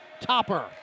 Topper